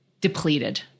depleted